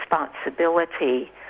responsibility